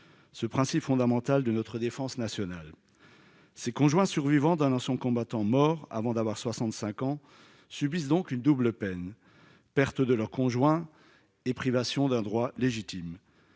ce principe fondamental de notre défense nationale c'est conjoint survivant d'un ancien combattant mort avant d'avoir 65 ans subissent donc une double peine : perte de leur conjoint et privation d'un droit légitime,